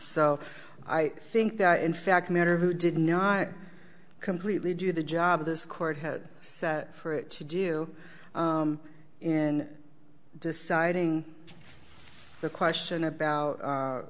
so i think that in fact matter who did not completely do the job this court had set for it to do in deciding the question about